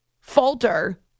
falter